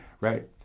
right